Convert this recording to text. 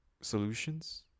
solutions